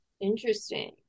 interesting